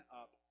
up